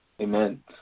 Amen